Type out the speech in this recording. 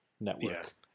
network